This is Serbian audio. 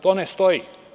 To ne stoji.